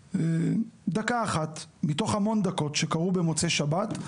דקה אחת מתוך המון דקות שקרו במוצאי שבת,